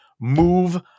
Move